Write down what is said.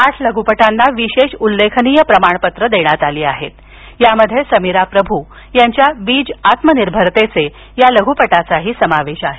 आठ लघुपटांना विशेष उल्लेख प्रमाणपत्र देण्यात आली त्यामध्ये समिरा प्रभु यांच्या बीज आत्मनिर्भरतेचे या लघुपटाचा समावेश आहे